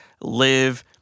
live